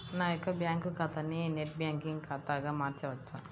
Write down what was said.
నా యొక్క బ్యాంకు ఖాతాని నెట్ బ్యాంకింగ్ ఖాతాగా మార్చవచ్చా?